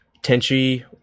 Tenchi